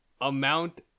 amount